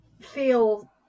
feel